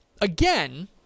again